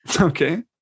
Okay